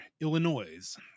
Illinois